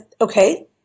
Okay